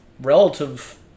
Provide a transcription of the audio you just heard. relative